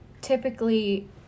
typically